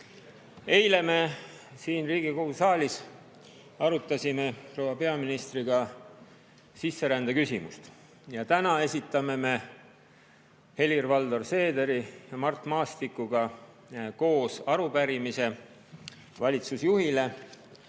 Eile me siin Riigikogu saalis arutasime proua peaministriga sisserände küsimust. Täna esitame me koos Helir-Valdor Seederi ja Mart Maastikuga arupärimise valitsusjuhile,